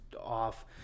off